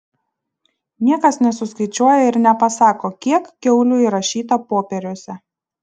niekas nesuskaičiuoja ir nepasako kiek kiaulių įrašyta popieriuose